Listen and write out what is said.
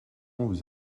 vous